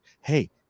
Hey